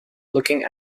looking